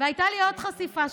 והייתה לי עוד חשיפה.